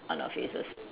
on our faces